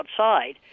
outside